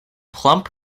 plumb